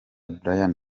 bryan